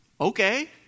Okay